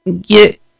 Get